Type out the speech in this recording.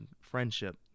friendship